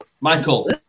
Michael